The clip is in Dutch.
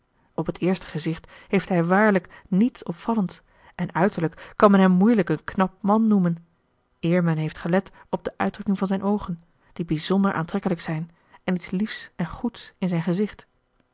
op het eerste gezicht heeft hij waarlijk niets opvallends en uiterlijk kan men hem moeilijk een knap man noemen eer men heeft gelet op de uitdrukking van zijn oogen die bijzonder aantrekkelijk zijn en iets liefs en goeds in zijn gezicht